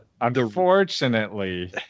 Unfortunately